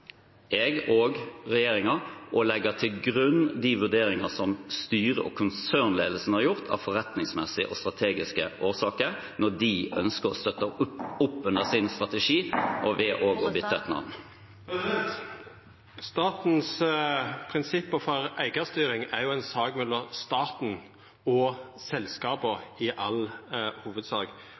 å legge til grunn de forretningsmessige og strategiske vurderingene som styret og konsernledelsen har gjort, når de ønsker å støtte opp under sin strategi ved å bytte navn. Statens prinsipp for eigarstyring er ei sak mellom staten og selskapa i all